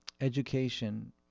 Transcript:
education